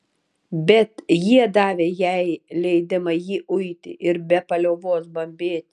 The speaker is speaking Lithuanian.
bet jie davė jai leidimą jį uiti ir be paliovos bambėti